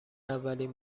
اولین